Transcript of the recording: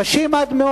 קשים עד מאוד.